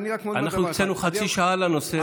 אנחנו הקצינו חצי שעה לנושא הזה.